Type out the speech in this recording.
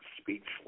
speechless